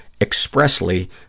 expressly